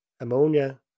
ammonia